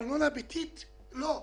לארנונה ביתית לא.